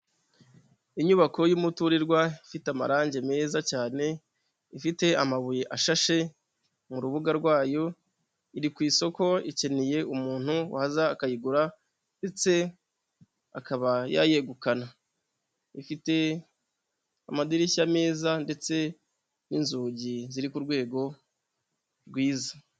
Inyubako y'umuturirwa ifite amarangi meza cyane, ifite amabuye ashashe mu rubuga rwayo, iri ku isoko ikeneye umuntu waza akayigura ndetse akaba yayegukana, ifite amadirishya meza ndetse n'inzugi ziri ku rwego rwiza.